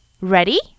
Ready